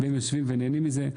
הם יושבים ונהנים מזה.